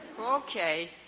Okay